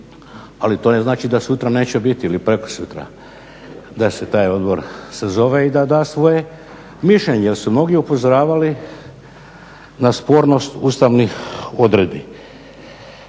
ali to ne znači da neće biti ili prekosutra da se taj odbor sazove i da da svoje mišljenje jer su mnogi upozoravali na spornost ustavnih odredbi.